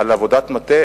על עבודת מטה